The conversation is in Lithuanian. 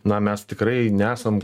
na mes tikrai nesam